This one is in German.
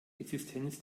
existenz